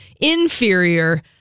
inferior